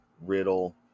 Riddle